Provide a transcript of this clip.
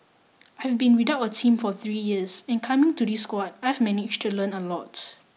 I've been without a team for three years and coming to this squad I've managed to learn a lot